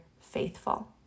faithful